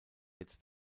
jetzt